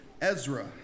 Ezra